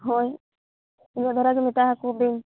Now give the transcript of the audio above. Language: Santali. ᱦᱳᱭ ᱤᱱᱟᱹᱜ ᱫᱷᱟᱨᱟ ᱜᱮ ᱢᱮᱛᱟ ᱟᱠᱚ ᱵᱤᱱ